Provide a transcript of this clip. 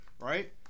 right